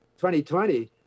2020